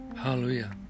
Hallelujah